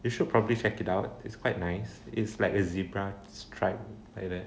you should probably check it out it's quite nice it's like a zebra stripes like that